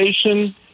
station